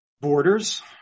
borders